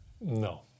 no